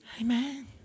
Amen